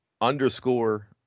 underscore